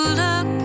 look